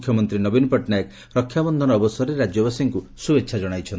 ମୁଖ୍ୟମନ୍ତୀ ନବୀନ ପଟ୍ଟନାୟକ ରକ୍ଷାବକ୍ଷନ ଅବସରରେ ରାଜ୍ୟବାସୀଙ୍କୁ ଶୁଭେଛା ଜଣାଇଛନ୍ତି